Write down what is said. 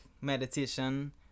meditation